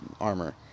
armor